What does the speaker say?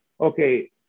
okay